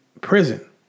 prison